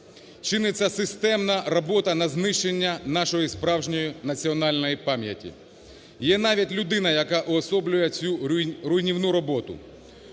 Чиниться системна робота на знищення нашої справжньої національної пам'яті. Є навіть людина, яка уособлює цю руйнівну роботу.